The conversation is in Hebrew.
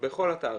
בכל התעריפים.